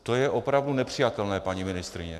To je opravdu nepřijatelné, paní ministryně.